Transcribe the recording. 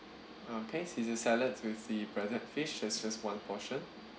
okay caesar salad with the breaded fish that's just one portion